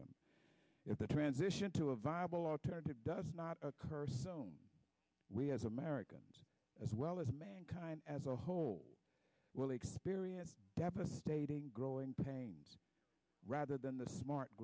them if the transition to a viable alternative does not occur so we as america as well as mankind as a whole will experience devastating growing pains rather than the smart